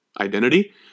identity